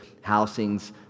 housings